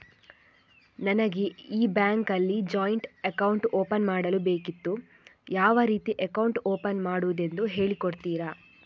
ನನಗೆ ಈ ಬ್ಯಾಂಕ್ ಅಲ್ಲಿ ಜಾಯಿಂಟ್ ಅಕೌಂಟ್ ಓಪನ್ ಮಾಡಲು ಬೇಕಿತ್ತು, ಯಾವ ರೀತಿ ಅಕೌಂಟ್ ಓಪನ್ ಮಾಡುದೆಂದು ಹೇಳಿ ಕೊಡುತ್ತೀರಾ?